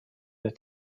der